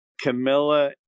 Camilla